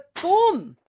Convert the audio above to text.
Boom